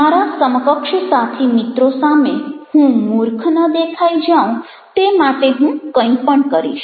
મારા સમકક્ષ સાથીમિત્રો સામે હું મૂર્ખ ન દેખાઈ જાઉં તે માટે હું કંઈ પણ કરીશ